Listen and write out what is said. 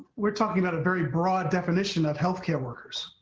we are talking about a very broad definition of health care workers.